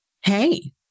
Hey